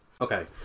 Okay